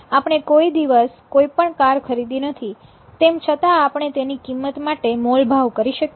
આપણે કોઈ દિવસ કોઈપણ કાર ખરીદી નથી તેમ છતાં આપણે તેની કિંમત માટે મોલ ભાવ કરી શકીએ